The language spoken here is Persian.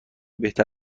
بهتر